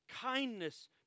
Kindness